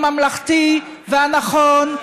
הממלכתי והנכון,